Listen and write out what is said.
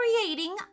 creating